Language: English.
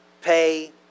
pay